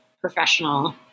professional